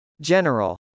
General